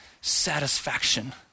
satisfaction